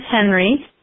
Henry